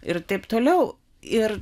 ir taip toliau ir